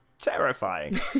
terrifying